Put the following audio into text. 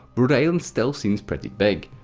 rhode island still seems pretty big.